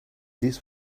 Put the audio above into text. this